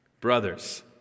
Brothers